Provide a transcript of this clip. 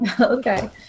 Okay